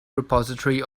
repository